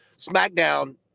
SmackDown